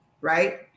right